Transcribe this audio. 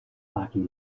hockey